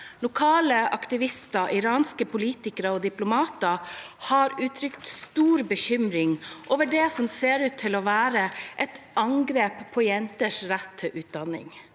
Lokale aktivister, iranske politikere og diplomater har uttrykt stor bekymring over det som ser ut som et angrep på jenter sin rett til utdanning.